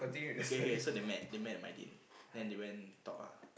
okay okay so they met they met at Mydin then they went talk lah